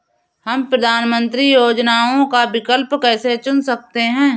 हम प्रधानमंत्री योजनाओं का विकल्प कैसे चुन सकते हैं?